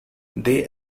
they